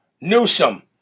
Newsom